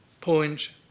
point